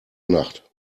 nacht